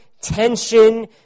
tension